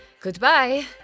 Goodbye